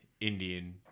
Indian